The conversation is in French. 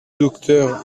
docteur